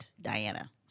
Diana